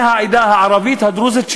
בני העדה הערבית הדרוזית,